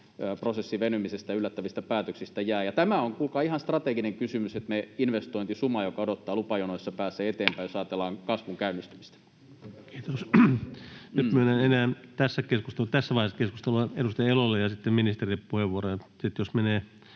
prosessin venymisestä yllättävistä päätöksistä jää. Tämä on, kuulkaa, ihan strateginen kysymys, että meidän investointisumamme, joka odottaa lupajonoissa, pääsee eteenpäin, jos ajatellaan kasvun käynnistymistä. Kiitos. — Nyt myönnän tässä vaiheessa keskustelua enää edustaja Elolle ja ministerille puheenvuoron.